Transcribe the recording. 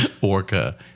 Orca